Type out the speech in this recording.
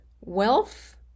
wealth